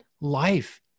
life